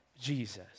Jesus